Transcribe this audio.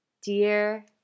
dear